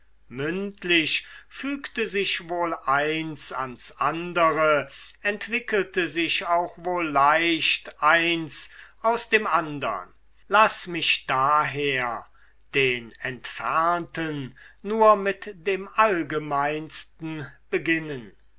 mündlich fügte sich wohl eins ans andere entwickelte sich auch wohl leicht eins aus dem andern laß mich daher den entfernten nur mit dem allgemeinsten beginnen